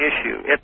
issue